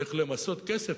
איך למסות כסף.